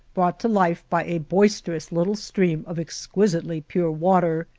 brought to life by a boisterous little stream of exquisitely pure water.